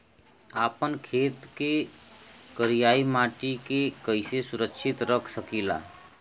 आपन खेत के करियाई माटी के कइसे सुरक्षित रख सकी ला?